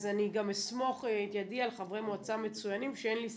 אז אני גם אסמוך את ידי על חברי מועצה מצוינים שאין לי ספק,